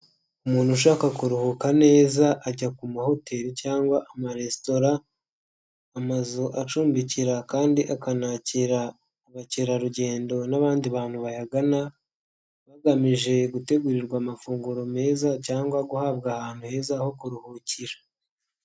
Umuntu ushaka kuruhuka neza ajya ku mahoteli cyangwa amaresitora, amazu acumbikira kandi akanakira abakerarugendo n'abandi bantu bayagana, bagamije gutegurirwa amafunguro meza cyangwa guhabwa ahantu heza ho kuruhukira.